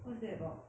what's that about